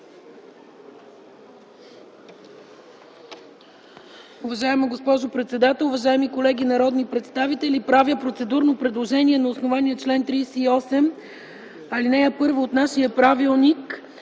Уважаема госпожо председател, уважаеми колеги народни представители! Правя процедурно предложение на основание чл. 38, ал. 1 от нашия правилник